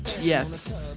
yes